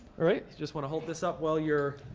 just want to hold this up while your